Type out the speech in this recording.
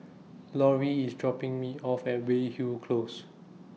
Lorrie IS dropping Me off At Weyhill Close